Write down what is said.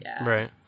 Right